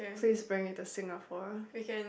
so you just bring it to Singapore